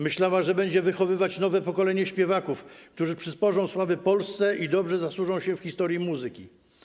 Myślała, że będzie wychowywać nowe pokolenie śpiewaków, którzy przysporzą sławy Polsce i dobrze zasłużą się w historii muzyki.